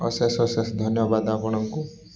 ଅଶେଷ ଅଶେଷ ଧନ୍ୟବାଦ ଆପଣଙ୍କୁ